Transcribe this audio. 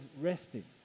resting